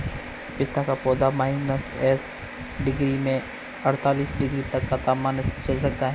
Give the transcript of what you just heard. पिस्ता का पौधा माइनस दस डिग्री से अड़तालीस डिग्री तक का तापमान झेल सकता है